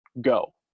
go